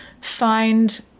find